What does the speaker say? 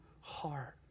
heart